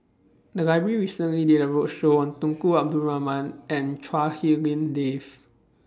The Library recently did A roadshow on Tunku Abdul Rahman and Chua Hak Lien Dave